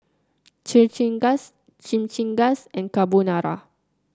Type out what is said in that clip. Chimichangas Chimichangas and Carbonara